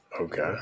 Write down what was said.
Okay